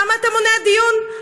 למה אתה מונע דיון?